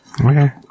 Okay